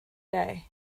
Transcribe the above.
day